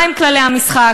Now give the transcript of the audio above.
מה הם כללי המשחק.